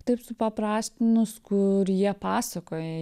taip supaprastinus kur jie pasakoja